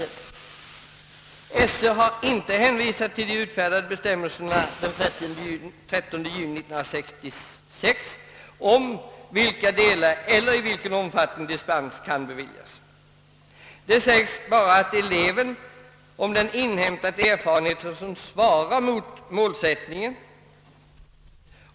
Skolöverstyrelsen har inte hänvisat till de utfärdade bestämmelserna av den 13 juni 1966 om vilka delar eller i vilken omfattning dispens skall beviljas. Det sägs bara om eleven har »inhämtat erfarenheter som svarar mot målsättningen».